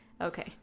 Okay